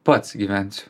pats gyvensiu